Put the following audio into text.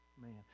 man